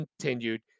continued